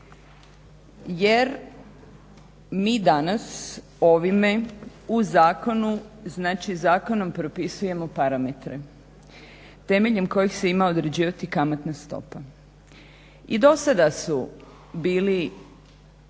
jer mi danas ovime u zakonu znači zakonom propisujemo parametre temeljem kojih se ima određivati kamatna stopa. I dosada su bili